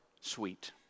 sweet